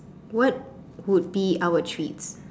what would be our treats